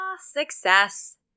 Success